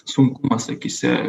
sunkumas akyse